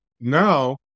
now